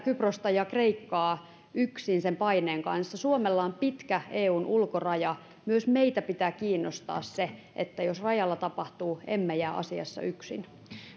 kyprosta ja kreikkaa yksin sen paineen kanssa suomella on pitkä eun ulkoraja myös meitä pitää kiinnostaa se jotta jos rajalla tapahtuu emme jää asiassa yksin